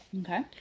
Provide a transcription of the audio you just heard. Okay